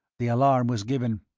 the alarm was given.